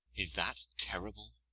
is that terrible?